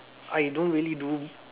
I don't really do